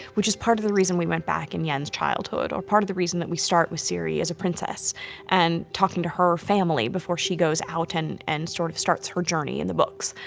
which is part of the reason we went back in yen's childhood, or part of the reason that we start with ciri as a princess and talking to her family before she goes out and and sort of starts her journey in the books.